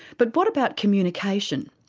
but what about communication?